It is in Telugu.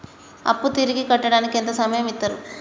అప్పు తిరిగి కట్టడానికి ఎంత సమయం ఇత్తరు?